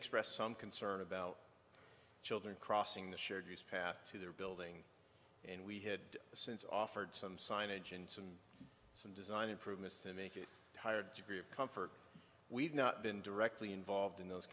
expressed some concern about children crossing the shared use path to their building and we had since offered some signage and some design improvements to make it a higher degree of comfort we've not been directly involved in those